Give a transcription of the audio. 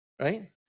Right